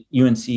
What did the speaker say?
UNC